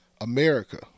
America